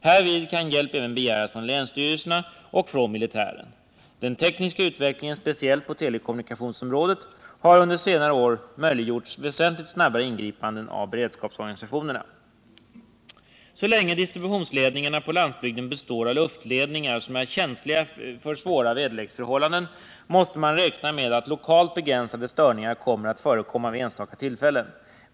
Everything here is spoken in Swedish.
Härvid kan hjälp även begäras från länsstyrelserna och från militären. Den tekniska utvecklingen speciellt på telekommunikationsområdet har under senare år möjliggjort väsentligt snabbare ingripanden av beredskapsorganisationerna. Så länge distributionsledningarna på landsbygden består av luftledningar som är känsliga för svåra väderleksförhållanden måste man räkna med att lokalt begränsade störningar kommer att förekomma vid enstaka tillfällen.